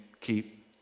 keep